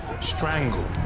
strangled